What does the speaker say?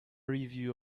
review